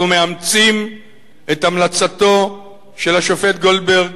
אנחנו מאמצים את המלצתו של השופט גולדברג: